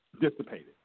dissipated